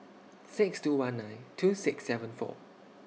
six two one nine two six seven four